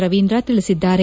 ರವೀಂದ್ರ ತಿಳಿಸಿದ್ದಾರೆ